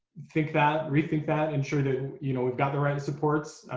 think that. rethink that. ensure that you know we've got the right supports,